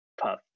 Puff